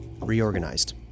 reorganized